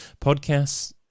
Podcasts